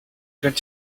going